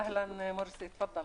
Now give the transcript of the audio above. אהלן, מורסי, תפאדל